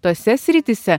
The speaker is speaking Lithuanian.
tose srityse